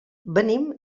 venim